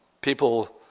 people